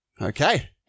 Okay